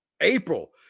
april